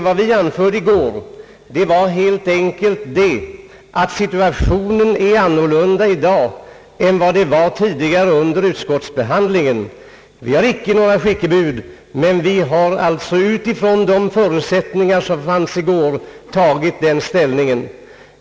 Vad vi anförde i går var helt enkelt, att situationen i dag är annorlunda än den var tidigare under utskottsbehandlingen, Vi har icke varit några skickebud, men vi har utifrån de förutsättningar, som fanns i går, intagit den ställning vi gjort.